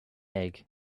egg